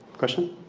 question?